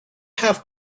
have